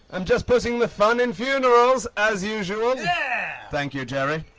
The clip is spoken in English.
i'm just putting the fun in funerals as usual! yeah! thank you, jerry.